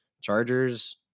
Chargers